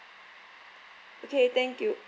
okay thank you